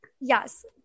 yes